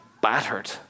battered